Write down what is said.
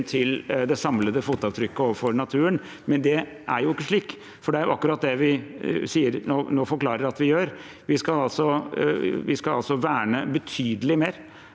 til det samlede fotavtrykket overfor naturen, men det er jo ikke slik, for det er akkurat det vi nå forklarer at vi gjør. Vi skal verne betydelig mer